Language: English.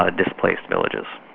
ah displaced villages.